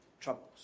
troubles